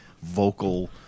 vocal